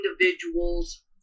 individuals